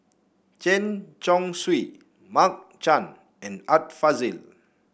Chen Chong Swee Mark Chan and Art Fazil